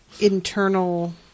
internal